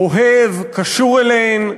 אוהב וקשור אליהן.